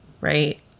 right